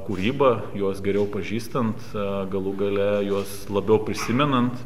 kūrybą juos geriau pažįstant galų gale juos labiau prisimenant